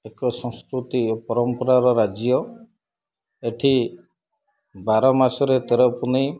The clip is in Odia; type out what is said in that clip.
ଏକ ସଂସ୍କୃତି ଓ ପରମ୍ପରାର ରାଜ୍ୟ ଏଠି ବାର ମାସରେ ତେର ପୁନେଇ